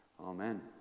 Amen